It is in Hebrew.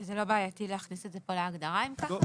וזה לא בעייתי להכניס את זה פה להגדרה אם ככה?